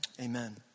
amen